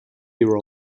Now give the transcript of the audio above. year